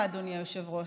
אדוני היושב-ראש,